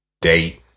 date